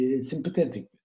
sympathetic